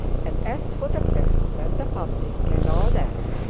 and as for the press and the public, and all that,